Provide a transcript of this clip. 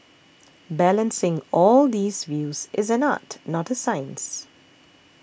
balancing all these views is an art not a science